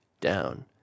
down